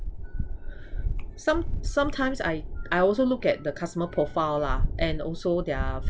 some~ sometimes I I also look at the customer profile lah and also their